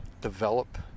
develop